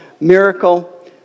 miracle